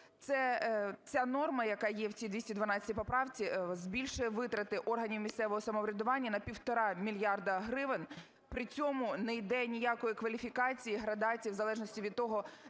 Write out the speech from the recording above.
Ця норма, яка є в цій 212 поправці, збільшує витрати органів місцевого самоврядування на 1,5 мільярда гривень, при цьому не йде ніякої кваліфікації, градації в залежності від того,